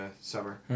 summer